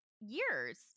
years